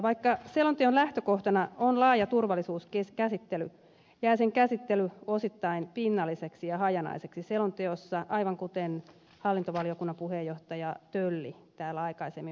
vaikka selonteon lähtökohtana on laaja turvallisuuskäsite jää sen käsittely osittain pinnalliseksi ja hajanaiseksi selonteossa aivan kuten hallintovaliokunnan puheenjohtaja tölli täällä aikaisemmin mainitsi